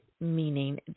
meaning